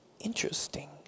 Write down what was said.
Interesting